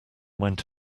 went